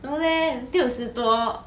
no leh 六十多